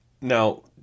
Now